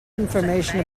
information